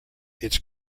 its